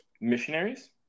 missionaries